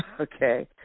Okay